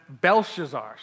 Belshazzar